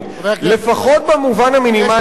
לפחות במובן המינימלי,